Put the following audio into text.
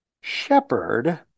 Shepherd